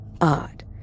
odd